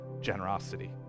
generosity